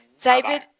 David